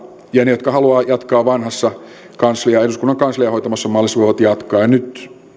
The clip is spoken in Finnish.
ja ne jotka haluavat jatkaa vanhassa eduskunnan kanslian hoitamassa mallissa voivat jatkaa nyt